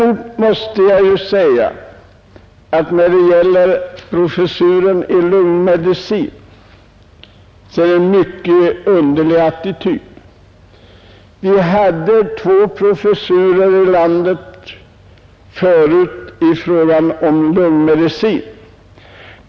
Beträffande förslaget om inrättande av en professur i lungmedicin intar utskottet däremot en mycket underlig attityd. Det fanns förut två professurer i lungmedicin här i landet.